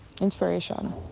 inspiration